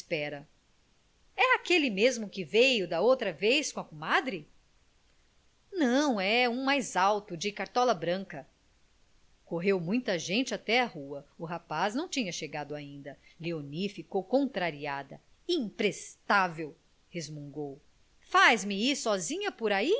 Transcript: espera é aquele mesmo que veio da outra vez com a comadre não é um mais alto de cartola branca correu muita gente até à rua o rapaz não tinha chegado ainda léonie ficou contrariada imprestável resmungou faz-me ir sozinha por ai